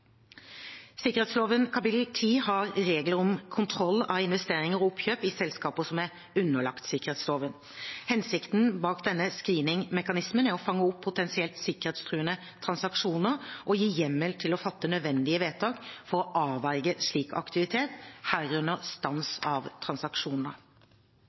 Sikkerhetsloven kapittel 10 har regler om kontroll av investeringer og oppkjøp i selskaper som er underlagt sikkerhetsloven. Hensikten bak denne screening-mekanismen er å fange opp potensielt sikkerhetstruende transaksjoner og gi hjemmel til å fatte nødvendige vedtak for å avverge slik aktivitet, herunder